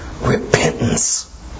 repentance